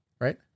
Right